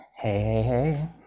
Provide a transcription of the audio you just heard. hey